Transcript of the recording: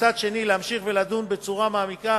ומצד שני להמשיך ולדון בצורה מעמיקה